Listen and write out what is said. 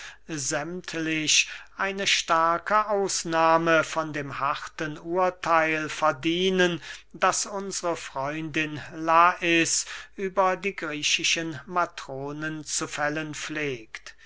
sämmtlich eine starke ausnahme von dem harten urtheil verdienen das unsre freundin lais über die griechischen matronen zu fällen pflegt